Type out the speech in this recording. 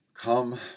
come